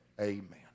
Amen